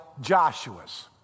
Joshua's